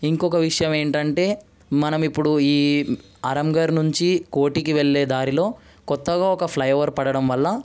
ఇంకొక విషయం ఏంటంటే మనం ఇప్పుడు ఈ ఆరాంఘర్ నుంచి కోటికి వెళ్ళే దారిలో కొత్తగా ఒక ఫ్లైఓవర్ పడడం వల్ల